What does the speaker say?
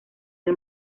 del